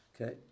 Okay